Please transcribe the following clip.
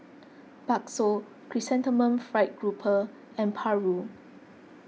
Bakso Chrysanthemum Fried Grouper and Paru